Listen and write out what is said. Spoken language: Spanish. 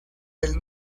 del